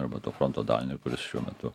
arba to fronto dalinio kuris šiuo metu